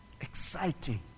Exciting